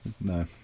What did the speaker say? No